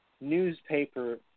newspaper